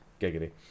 Giggity